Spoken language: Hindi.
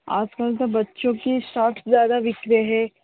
आज कल तो बच्चों की सॉट ज़्यादा बिक रहे हैं